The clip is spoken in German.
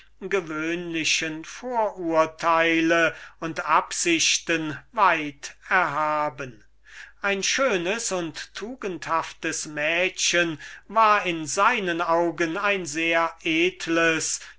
gemeine vorurteile und absichten erhaben ein schönes und tugendhaftes mädchen war in seinen augen ein sehr edles